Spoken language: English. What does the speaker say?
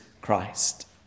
Christ